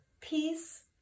peace